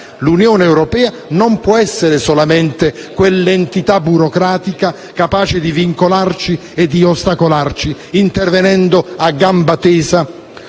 L'Unione europea non può essere solamente quell'entità burocratica capace di vincolarci e di ostacolarci, intervenendo a gamba tesa